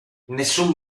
nessun